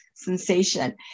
sensation